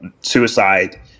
suicide